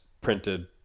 printed